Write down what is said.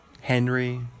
Henry